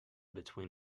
between